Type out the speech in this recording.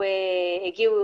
הגיעו